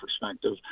perspective